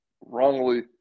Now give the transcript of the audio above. wrongly